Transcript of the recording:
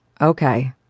Okay